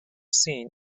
seen